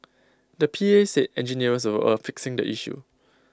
the P A said engineers were A fixing the issue